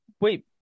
wait